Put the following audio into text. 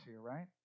right